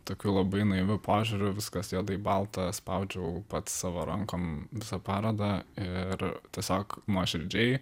tokiu labai naiviu požiūriu viskas juodai balta spaudžiau pats savo rankom visą parodą ir tiesiog nuoširdžiai